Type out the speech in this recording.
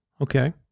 Okay